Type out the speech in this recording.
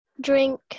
drink